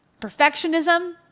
Perfectionism